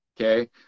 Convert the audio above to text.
okay